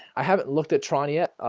i haven't looked at tron yet,